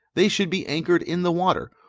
they should be anchored in the water,